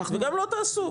גם לא תעשו.